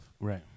Right